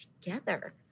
together